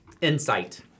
insight